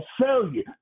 failure